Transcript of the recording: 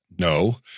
No